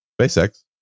SpaceX